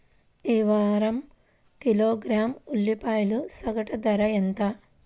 ఈ వారం కిలోగ్రాము ఉల్లిపాయల సగటు ధర ఎంత?